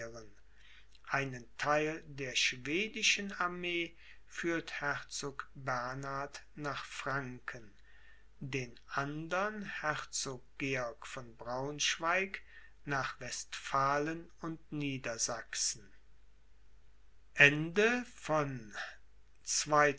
einen theil der schwedischen armee führt herzog bernhard nach franken den andern herzog georg von braunschweig nach westphalen und niedersachsen